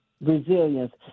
resilience